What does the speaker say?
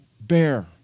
bear